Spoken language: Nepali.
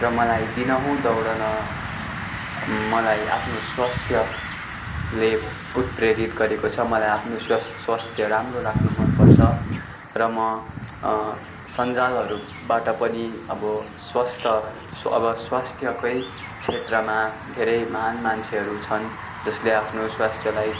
र मलाई दिनहुँ दौडन मलाई आफ्नो स्वास्थ्यले उत्प्रेरित गरेको छ मलाई आफ्नो स्वास् स्वास्थ्य राम्रो राख्नु मनपर्छ र म सन्जालहरूबाट पनि अब स्वास्थ्य अब स्वास्थ्यकै क्षेत्रमा धेरै महान् मान्छेहरू छन् जसले आफ्नो स्वास्थ्यलाई